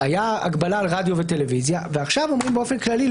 הייתה הגבלה על רדיו וטלוויזיה ועכשיו אומרים באופן כללי: